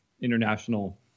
international